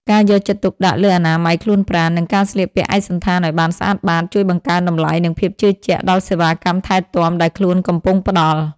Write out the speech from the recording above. ការយកចិត្តទុកដាក់លើអនាម័យខ្លួនប្រាណ និងការស្លៀកពាក់ឯកសណ្ឋានឱ្យបានស្អាតបាត ជួយបង្កើនតម្លៃ និងភាពជឿជាក់ដល់សេវាកម្មថែទាំដែលខ្លួនកំពុងផ្តល់។